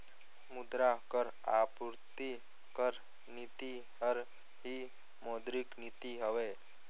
मुद्रा कर आपूरति कर नीति हर ही मौद्रिक नीति हवे